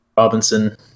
Robinson